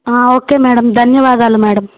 okay madam ధన్యవాదాలు madam